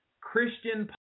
Christian